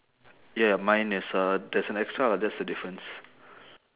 ya ya mine is uh there's an extra lah that's the difference